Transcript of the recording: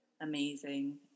amazing